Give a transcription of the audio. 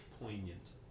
poignant